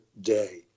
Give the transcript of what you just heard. day